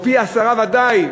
או פי-עשרה ודאי,